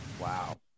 Wow